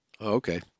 Okay